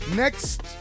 Next